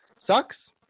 sucks